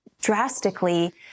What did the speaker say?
drastically